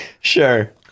sure